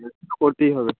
করতেই হবে